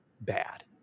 bad